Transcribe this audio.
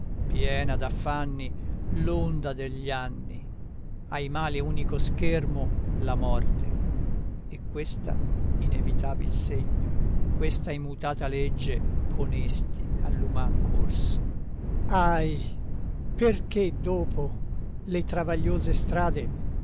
piena d'affanni l'onda degli anni ai mali unico schermo la morte e questa inevitabil segno questa immutata legge ponesti all'uman corso ahi perché dopo le travagliose strade